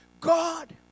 God